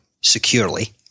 securely